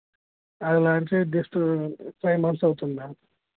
అది లాంచ్ అయ్యి just five months అవుతుంది మ్యామ్